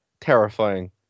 terrifying